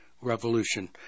Revolution